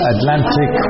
Atlantic